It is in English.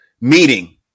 meeting